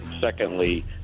Secondly